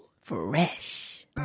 Fresh